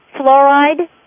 Fluoride